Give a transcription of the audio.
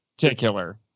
particular